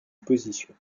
position